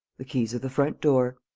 the keys of the front-door.